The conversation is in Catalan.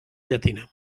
llatina